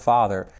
Father